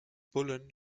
bullen